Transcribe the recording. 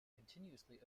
continuously